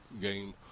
game